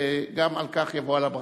וגם על כך יבוא על הברכה.